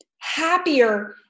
Happier